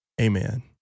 Amen